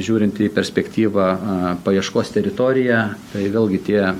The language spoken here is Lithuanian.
žiūrinti į perspektyvą a paieškos teritoriją tai vėlgi tie